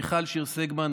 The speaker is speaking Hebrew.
מיכל שיר סגמן,